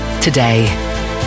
today